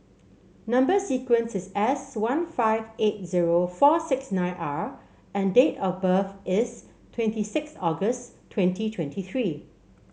number sequence is S one five eight zero four six nine R and date of birth is twenty six August twenty twenty three